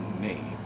name